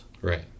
Right